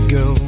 go